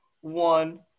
one